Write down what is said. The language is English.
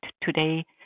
today